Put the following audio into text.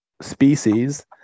species